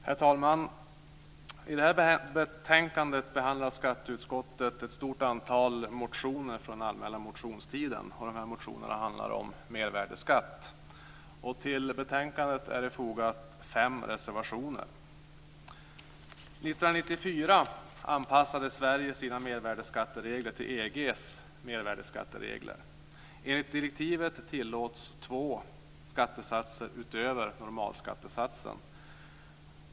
Herr talman! I detta betänkande behandlar skatteutskottet ett stort antal motioner från allmänna motionstiden. Motionerna handlar om mervärdesskatt. Till betänkandet är det fogat fem reservationer. År 1994 anpassade Sverige sina mervärdesskatteregler till EG:s mervärdesskatteregler. Enligt direktivet tillåts två skattesatser utöver normalskattesatsen.